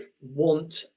want